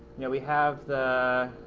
you know we have the